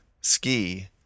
ski